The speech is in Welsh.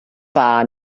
dda